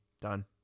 done